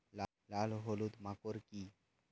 লাল ও হলুদ মাকর কী?